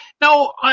Now